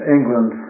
England